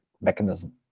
mechanism